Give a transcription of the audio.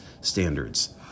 standards